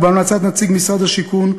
ובהמלצת נציג משרד השיכון,